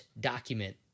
document